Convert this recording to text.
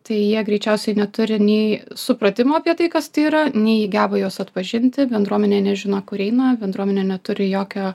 tai jie greičiausiai neturi nei supratimo apie tai kas tai yra nei jie geba juos atpažinti bendruomenė nežino kur eina bendruomenė neturi jokio